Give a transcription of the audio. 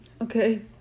Okay